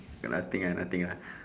got nothing ah nothing ah